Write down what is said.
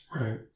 Right